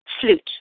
flute